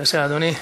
בבקשה, אדוני.